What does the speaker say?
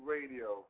Radio